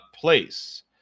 place